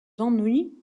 ennuis